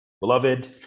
Beloved